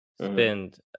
spend